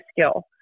skill